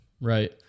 right